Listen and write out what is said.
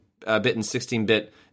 16-bit